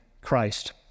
Christ